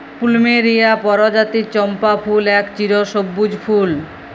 plumeria পরজাতির চম্পা ফুল এক চিরসব্যুজ ফুল